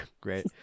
great